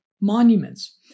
monuments